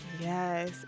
Yes